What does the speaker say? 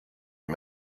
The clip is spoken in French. les